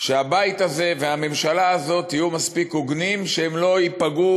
שהבית הזה והממשלה הזאת יהיו הוגנים מספיק שהם לא ייפגעו